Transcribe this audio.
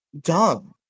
dumb